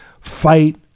fight